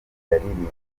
yaririmbye